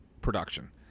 production